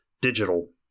digital